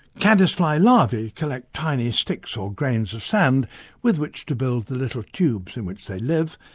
caddis fly larvae collect tiny sticks or grains of sand with which to build the little tubes in which they live,